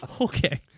Okay